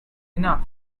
enough